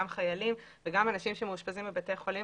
גם חיילים וגם אנשים שמאושפזים בבתי חולים